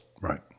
Right